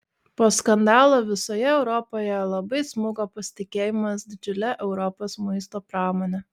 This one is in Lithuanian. po skandalo visoje europoje labai smuko pasitikėjimas didžiule europos maisto pramone